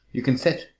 you can sit,